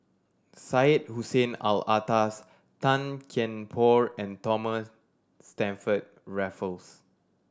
Syed Hussein Alatas Tan Kian Por and Thomas Stamford Raffles